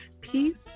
Peace